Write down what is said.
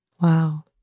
Wow